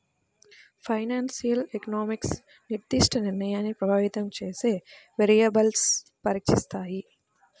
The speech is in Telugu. ఫైనాన్షియల్ ఎకనామిక్స్ నిర్దిష్ట నిర్ణయాన్ని ప్రభావితం చేసే వేరియబుల్స్ను పరీక్షిస్తాయి